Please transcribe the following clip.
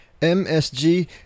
MSG